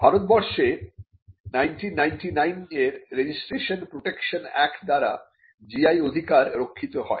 ভারতবর্ষে 1999 এর রেজিস্ট্রেশন ও প্রটেকশন অ্যাক্ট দ্বারা GI অধিকার রক্ষিত হয়